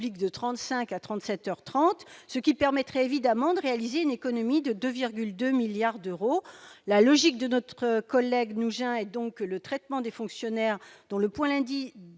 de 35 à 37 heures 30 ce qui permettrait évidemment de réaliser une économie de 2,2 milliards d'euros, la logique de notre collègue nous et donc le traitement des fonctionnaires dont le point lundi,